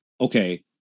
okay